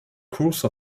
course